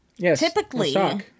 Typically